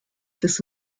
this